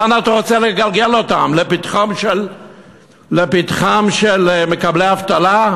לאן אתה רוצה לגלגל אותם, לפתחם של מקבלי אבטלה?